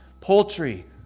poultry